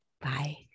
Bye